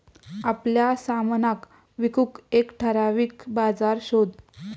आपल्या सामनाक विकूक एक ठराविक बाजार शोध